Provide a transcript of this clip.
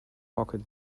pocket